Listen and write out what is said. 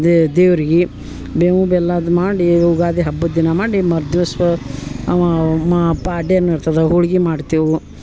they ದೇವ್ರಿಗೆ ಬೇವು ಬೆಲ್ಲ ಅದು ಮಾಡಿ ಯುಗಾದಿ ಹಬ್ಬದ ದಿನ ಮಾಡಿ ಮರು ದಿವಸ ಅವ ಮಾ ಪಾಡ್ಯನೂ ಇರ್ತದೆ ಹೋಳ್ಗೆ ಮಾಡ್ತೇವೆ